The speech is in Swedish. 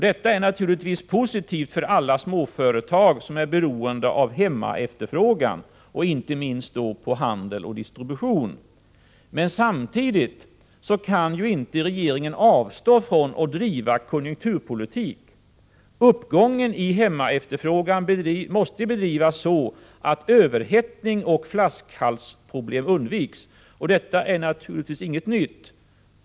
Detta är naturligtvis positivt för alla småföretag, som är beroende av hemmaefterfrågan, främst då i fråga om handel och distribution. Samtidigt kan ju inte regeringen avstå från att driva konjunkturpolitik. Politiken måste, med hänsyn till uppgången i hemmaefterfrågan, bedrivas så att överhettning och flaskhalsproblem undviks. Detta är ingenting nytt.